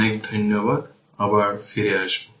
অনেক ধন্যবাদ আবার ফিরে আসবো